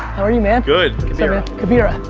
how are you, man? good. kabeira. kabeira,